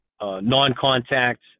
non-contact